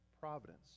providence